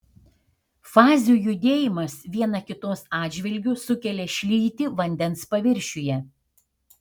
fazių judėjimas viena kitos atžvilgiu sukelia šlytį vandens paviršiuje